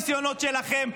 לא יעזרו כל הניסיונות שלכם.